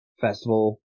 festival